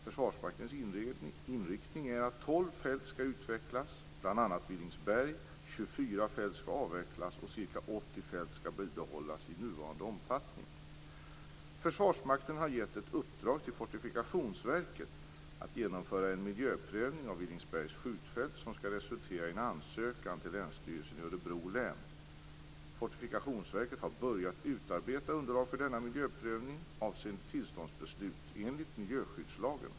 Försvarsmaktens inriktning är att 12 fält skall utvecklas, bl.a. Villingsberg, 24 fält skall avvecklas och ca 80 fält skall bibehållas i nuvarande omfattning. Försvarsmakten har gett ett uppdrag till Fortifikationsverket att genomföra en miljöprövning av Villingsbergs skjutfält som skall resultera i en ansökan till Länsstyrelsen i Örebro län. Fortifikationsverket har börjat utarbeta underlag för denna miljöprövning avseende tillståndsbeslut enligt miljöskyddslagen.